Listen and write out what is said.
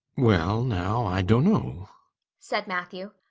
well now, i dunno, said matthew.